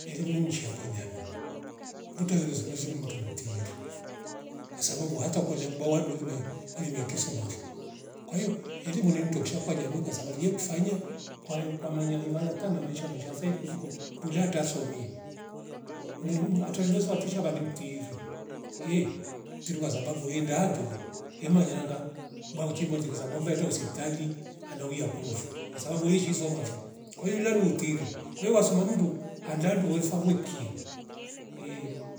Elimu nivu mshia kwa jamii ndute mndu mtiri kwasabu hata kola ubwabwa ndulime uvimiki soma vo kwa hio elimu ni mndo kishakuwa jami kwa sababu ye kufanya kwayo kwa manya iva nyata na maisha veisha said kuliko tulia hata somie, nduvum atorive zuwa tishwa badi mtiri ehh mtiri kwasabu enda handoli emanya nanga bauchimbwe eti kisa kwamba eta hospitali ana wuiya kunufu kwasababu yezshi soma vo kwa yula ni utiri kwayo wasoma mndu ala luweva wekia ehh